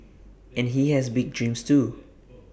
and he has big dreams too